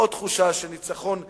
ועוד תחושה של ניצחון פירוס,